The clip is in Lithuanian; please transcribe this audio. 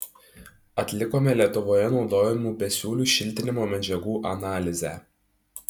atlikome lietuvoje naudojamų besiūlių šiltinimo medžiagų analizę